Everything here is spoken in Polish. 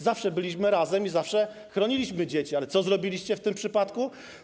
Zawsze byliśmy razem i zawsze chroniliśmy dzieci, ale co zrobiliście w tym przypadku?